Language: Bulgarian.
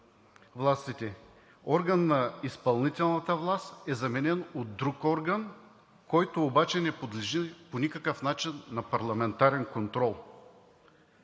орган на изпълнителната власт е заменен от друг орган, който обаче не подлежи по никакъв начин на парламентарен контрол.